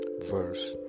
Verse